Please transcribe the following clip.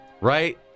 Right